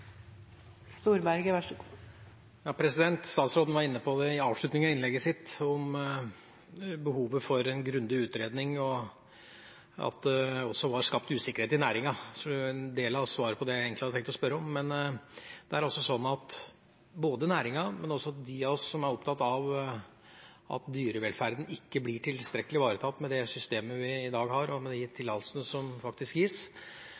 Statsråden var i avslutninga av innlegget sitt inne på behovet for en grundig utredning og at det også var skapt usikkerhet i næringa, som var en del av svaret på det jeg egentlig hadde tenkt å spørre om. Det er slik at for næringa, men også for dem av oss som er opptatt av at dyrevelferden ikke blir tilstrekkelig ivaretatt med det systemet vi i dag har, og med de tillatelsene som faktisk gis,